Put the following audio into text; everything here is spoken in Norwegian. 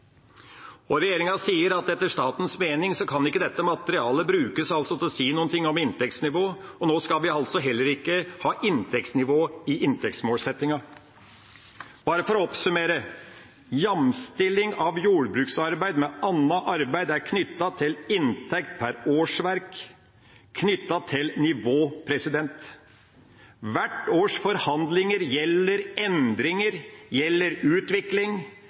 beregningsutvalg. Regjeringa sier at etter statens mening kan ikke dette materialet brukes til å si noen ting om inntektsnivå, og nå skal vi altså heller ikke ha inntektsnivå i inntektsmålsettinga. Bare for å oppsummere: Jamstilling av jordbruksarbeid med annet arbeid er knyttet til inntekt per årsverk, knyttet til nivå. Hvert års forhandlinger gjelder endringer, gjelder utvikling,